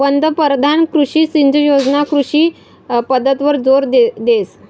पंतपरधान कृषी सिंचन योजना कृषी पद्धतवर जोर देस